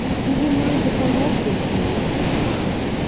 do you mind if i walk with you? she asked.